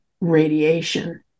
radiation